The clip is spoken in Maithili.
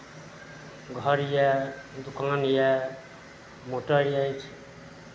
घर यए दोकान यए मोटर अछि